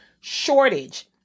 shortage